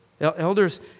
Elders